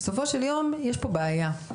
בסופו של יום יש פה בעיה כל שהיא,